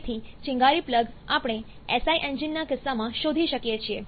તેથી ચિનગારી પ્લગ આપણે SI એન્જિનના કિસ્સામાં શોધી શકીએ છીએ